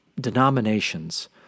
denominations